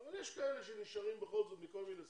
אבל יש כאלה שנשארים בכל זאת מכל מיני סיבות,